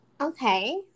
Okay